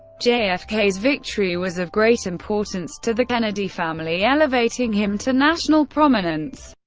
jfk's victory was of great importance to the kennedy family, elevating him to national prominence,